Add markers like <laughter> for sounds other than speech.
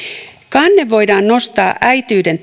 kanne voidaan nostaa äitiyden <unintelligible>